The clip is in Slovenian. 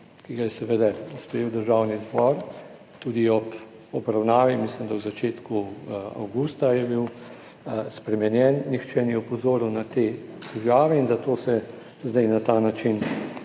ki ga je seveda sprejel Državni zbor, tudi ob obravnavi mislim, da v začetku avgusta je bil spremenjen, nihče ni opozoril na te težave in zato se zdaj na ta način